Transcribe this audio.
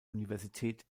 universität